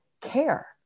care